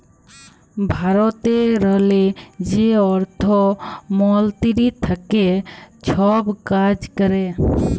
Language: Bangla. ভারতেরলে যে অর্থ মলতিরি থ্যাকে ছব কাজ ক্যরে